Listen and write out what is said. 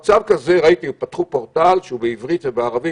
ראיתי שהם פתחו פורטל בעברית ובערבית.